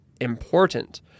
important